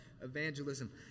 evangelism